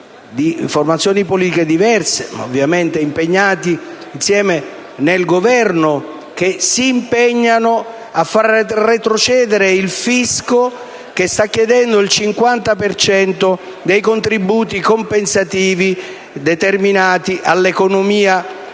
di formazioni politiche diverse, ma ovviamente impegnati insieme nel Governo, che si impegnano a fare retrocedere il fisco, che sta chiedendo il 50 per cento dei contributi compensativi all'economia